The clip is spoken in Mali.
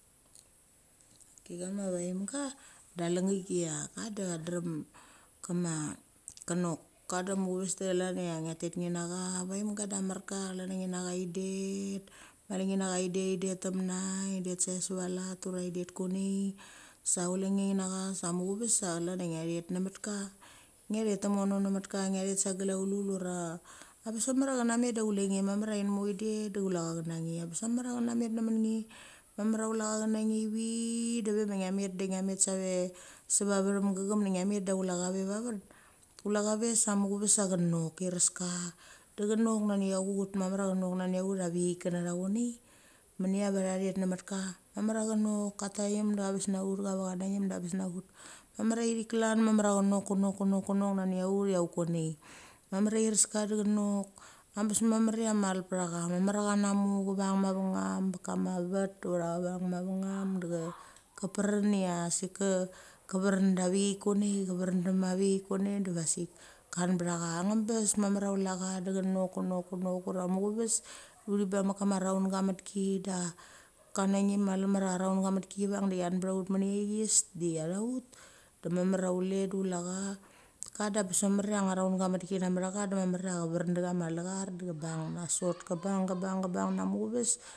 De chama vaemga, da lengiak chia da cha drem kama chaknok. Ka da muchuves da chlan cha nge tet ngi cha. Vaemga da amarka chlan cha ngi cha idet save savaltak ura idet nge ngima idet, idet temna idet save saltak ura idet koneai sai chule nge nicha sa muchves sa chlan chia ngia thet namait ka ngia thet temono namaka ngia thet sa glaulul ura, abes mamar cha namet du ngule nge mamar chia inmo idet ngule cha nge abes mamar chia chena met nge mamar chia ngule cha chana nge da ve ma ngia met da ngia met, save sva vethem gacham da ngia met da ngule cha ve vavet. Chule ve sa muchves sa che nok, iraska da chenok nani chia ut mamar chenok na, i ut avi cheik kna tha chonea menia va tha thet namatka mamar che nok ka thaim da abes na ut da ave chana ngeim da abes ut mamar ithic klan mamar chenok nani ut chia ukonei. Mamar chia iraska abes mamar chia malpatha cha mamar ia cha namu a cha vang mavengam met kama vet ura cheviang mavengam da chapren ia sik ka vren da vicheik konei vrem dam vicheik konei diva sik ka than ba tha cha nga bes mamar ia chule cha da chenok, chenok, chenok, chenok ura muchuves unthi bang mek kama rounga met ki da kama ngim raunga met ki chivang da chian ba tha ut me nias da cha tha ut. Da mamar chule da da chule cha. Ka da bes mamar a raung met ki china metha cha da mamar cha vren da chama lechar da cha bang nasot. Kabung. ka bung. ka bung da muchuves.